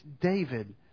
David